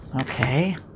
Okay